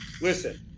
Listen